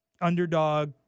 underdog